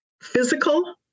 physical